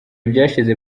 byashize